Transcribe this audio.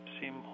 seem